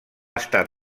estat